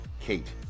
Kate